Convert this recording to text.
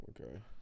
okay